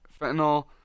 fentanyl